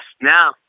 now